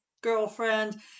girlfriend